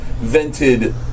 vented